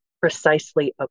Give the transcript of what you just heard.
precisely